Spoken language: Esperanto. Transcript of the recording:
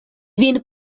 vin